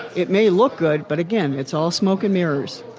it may look good, but again it's all smoke and mirrors.